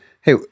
Hey